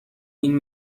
این